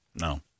No